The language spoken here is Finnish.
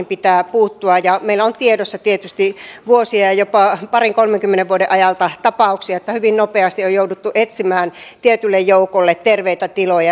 pitää puuttua ja meillä on tiedossa tietysti vuosien jopa parin kolmenkymmenen vuoden ajalta tapauksia että hyvin nopeasti on jouduttu etsimään tietylle joukolle terveitä tiloja